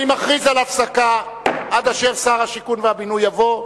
אני מכריז על הפסקה עד אשר שר השיכון והבינוי יבוא.